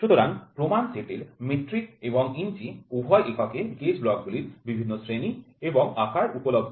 সুতরাং প্রমাণ সেটের মেট্রিক এবং ইঞ্চি উভয় এককে গেজ ব্লগগুলির বিভিন্ন শ্রেণি এবং আকার উপলব্ধ